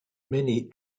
many